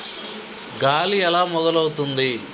గాలి ఎలా మొదలవుతుంది?